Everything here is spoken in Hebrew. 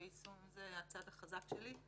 ויישום זה הצד החזק שלי.